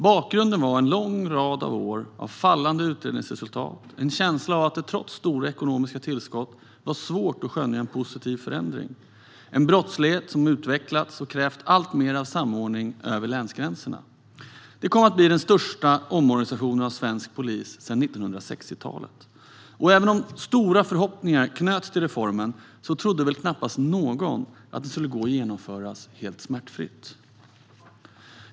Bakgrunden var en lång rad år av fallande utredningsresultat och en känsla av att det trots stora ekonomiska tillskott var svårt att skönja en positiv förändring med en brottslighet som har utvecklats och krävt alltmer av samordning över länsgränserna. Det kom att bli den största omorganisationen av svensk polis sedan 1960-talet. Även om stora förhoppningar knöts till reformen trodde knappast någon att den skulle gå att genomföra helt smärtfritt.